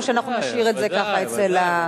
או שאנחנו נשאיר את זה ככה אצל,